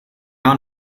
town